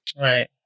Right